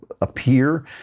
appear